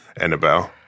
Annabelle